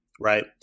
right